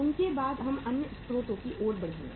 उसके बाद हम अन्य स्रोतों की ओर बढ़ेंगे